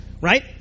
right